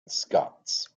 scots